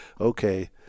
okay